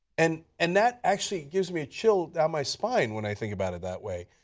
and and that actually gives me a chill down my spine, when i think about it that way.